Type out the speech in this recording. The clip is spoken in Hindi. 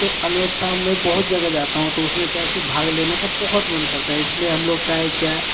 तो अन्यथा मैं बहुत जगह जाता हूँ तो उसमें क्या है कि भाग लेने का बहुत मन करता है इसलिए हम लोग का है क्या